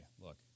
look